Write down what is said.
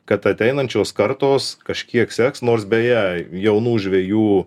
kad ateinančios kartos kažkiek seks nors beje jaunų žvejų